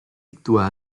doit